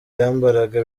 yambaraga